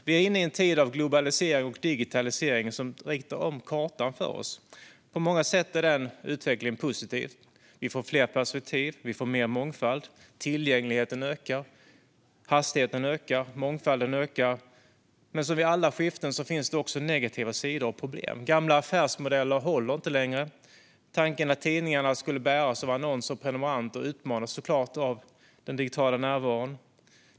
Vi är inne i en tid av globalisering och digitalisering som ritar om kartan för oss. På många sätt är den utvecklingen positiv. Vi får fler perspektiv. Vi får mer mångfald. Tillgängligheten ökar. Hastigheten ökar. Mångfalden ökar. Men som vid alla skiften finns det också negativa sidor och problem. Gamla affärsmodeller håller inte längre. Tanken att tidningarna skulle bäras av annonser och prenumeranter utmanas såklart av den digitala närvaron.